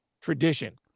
tradition